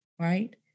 right